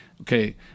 Okay